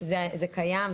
זה קיים,